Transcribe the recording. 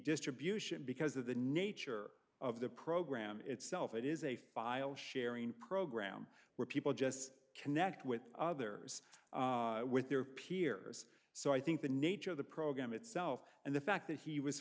distribution because of the nature of the program itself it is a file sharing program where people just connect with others with their peers so i think the nature of the program itself and the fact that he was